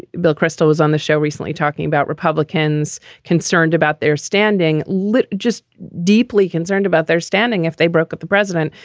bill kristol was on the show recently talking about republicans concerned about their standing. look, just deeply concerned about their standing if they broke with the president.